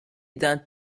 d’un